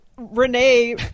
renee